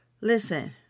Listen